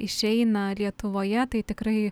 išeina lietuvoje tai tikrai